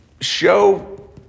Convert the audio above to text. show